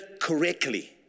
correctly